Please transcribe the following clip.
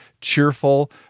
cheerful